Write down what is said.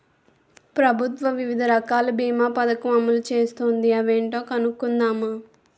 ప్రభుత్వం వివిధ రకాల బీమా పదకం అమలు చేస్తోంది అవేంటో కనుక్కుందామా?